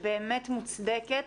שהיא באמת מוצדקת,